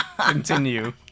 Continue